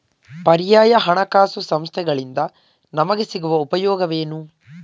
ಪರ್ಯಾಯ ಹಣಕಾಸು ಸಂಸ್ಥೆಗಳಿಂದ ನಮಗೆ ಸಿಗುವ ಉಪಯೋಗವೇನು?